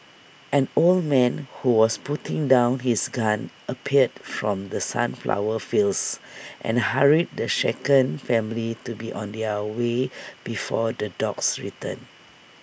an old man who was putting down his gun appeared from the sunflower fields and hurried the shaken family to be on their way before the dogs return